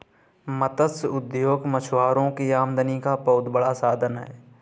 मत्स्य उद्योग मछुआरों की आमदनी का बहुत बड़ा साधन है